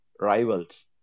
rivals